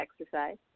exercise